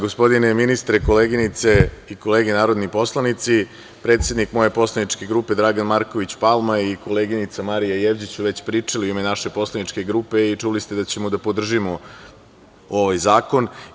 Gospodine ministre, koleginice i kolege narodni poslanici, predsednik moje poslaničke grupe Dragan Marković Palma i koleginica Marija Jevđić su već pričali u ime naše poslaničke grupe i čuli ste već da ćemo da podržimo ovaj zakona.